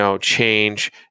change